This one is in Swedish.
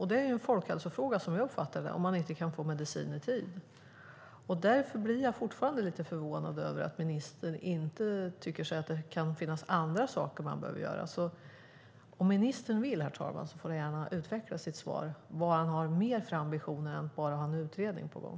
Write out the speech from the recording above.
Det är ju en folkhälsofråga, som jag uppfattar det, om man inte kan få medicin i tid. Jag blir därför fortfarande lite förvånad över att ministern inte tycker att det kan finnas andra saker man behöver göra. Om ministern vill, herr talman, får han gärna utveckla sitt svar och peka på vad han mer har för ambitioner än att bara ha en utredning på gång.